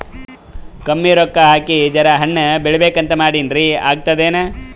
ಕಮ್ಮಿ ರೊಕ್ಕ ಹಾಕಿ ಜರಾ ಹಣ್ ಬೆಳಿಬೇಕಂತ ಮಾಡಿನ್ರಿ, ಆಗ್ತದೇನ?